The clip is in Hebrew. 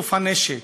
ואיסוף הנשק.